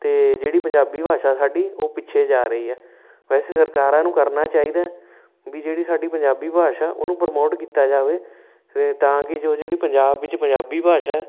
ਅਤੇ ਜਿਹੜੀ ਪੰਜਾਬੀ ਭਾਸ਼ਾ ਸਾਡੀ ਉਹ ਪਿੱਛੇ ਜਾ ਰਹੀ ਹੈ ਵੈਸੇ ਸਰਕਾਰਾਂ ਨੂੰ ਕਰਨਾ ਚਾਹੀਦਾ ਵੀ ਜਿਹੜੀ ਸਾਡੀ ਪੰਜਾਬੀ ਭਾਸ਼ਾ ਉਹਨੂੰ ਪ੍ਰਮੋਟ ਕੀਤਾ ਜਾਵੇ ਤਾਂ ਕਿ ਜੋ ਜਿਹੜੀ ਪੰਜਾਬ ਵਿੱਚ ਪੰਜਾਬੀ ਭਾਸ਼ਾ